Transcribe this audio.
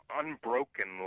unbroken